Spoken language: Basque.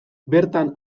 bertan